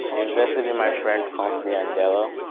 invested in my friend's company andela.